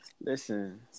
Listen